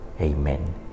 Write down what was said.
Amen